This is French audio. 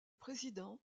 président